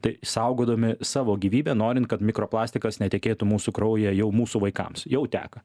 tai saugodami savo gyvybę norint kad mikroplastikas netekėtų mūsų kraują jau mūsų vaikams jau teka